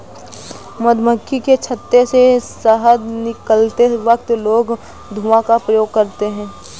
मधुमक्खी के छत्ते से शहद निकलते वक्त लोग धुआं का प्रयोग करते हैं